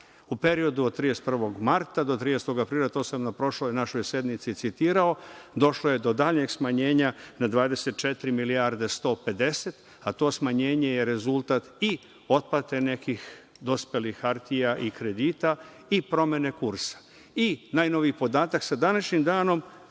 U periodu od 31. marta do 30. aprila, to sam na prošloj našoj sednici citirao, došlo je do daljnjeg smanjenja na 24.150.000.000, a to smanjenje je rezultat i otplate nekih dospelih hartija i kredita i promene kursa. Najnoviji podatak – sa današnjim danom,